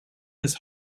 his